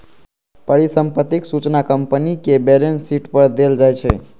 परिसंपत्तिक सूचना कंपनीक बैलेंस शीट पर देल जाइ छै